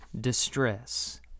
distress